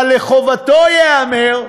אבל לחובתו ייאמר,